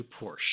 porsche